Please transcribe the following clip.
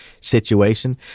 situation